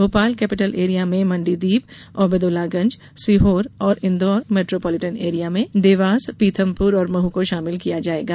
Bhopal capital area में मंडीदीप औबेदुल्लागंज सीहोर और Indore metropolitan area में देवास पीथमपुर और महू को शामिल किया जायेगा